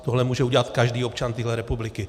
Tohle může udělat každý občan této republiky.